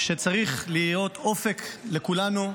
שצריך להיות אופק לכולנו.